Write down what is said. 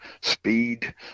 speed